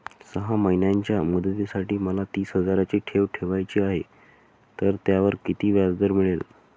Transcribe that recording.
सहा महिन्यांच्या मुदतीसाठी मला तीस हजाराची ठेव ठेवायची आहे, तर त्यावर किती व्याजदर मिळेल?